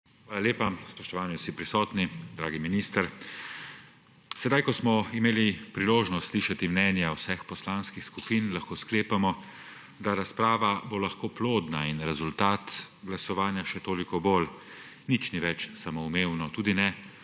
Hvala lepa. Spoštovani vsi prisotni, dragi minister! Sedaj ko smo imeli priložnost slišati mnenja vseh poslanskih skupin, lahko sklepamo, da bo razprava plodna in rezultat glasovanja še toliko bolj. Nič ni več samoumevno, tudi ne